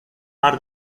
are